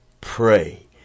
Pray